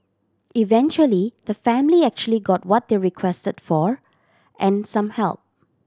eventually the family actually got what they requested for and some help